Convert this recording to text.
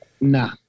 Nah